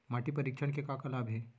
माटी परीक्षण के का का लाभ हे?